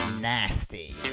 nasty